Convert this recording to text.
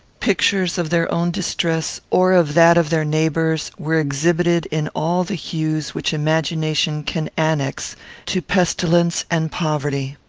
pictures of their own distress, or of that of their neighbours, were exhibited in all the hues which imagination can annex to pestilence and poverty.